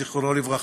זיכרונו לברכה,